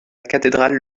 cathédrale